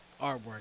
artwork